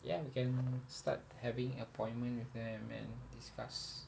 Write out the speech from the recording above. ya we can start having appointment with them and discuss